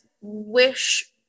wish